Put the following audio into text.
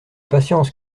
patience